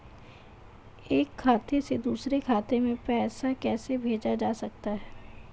एक खाते से दूसरे खाते में पैसा कैसे भेजा जा सकता है?